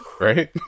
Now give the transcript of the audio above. right